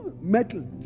Metal